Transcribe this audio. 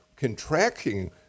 contracting